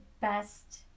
best